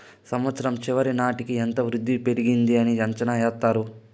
సంవచ్చరం చివరి నాటికి ఎంత వృద్ధి పెరిగింది అని అంచనా ఎత్తారు